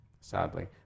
sadly